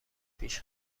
پیش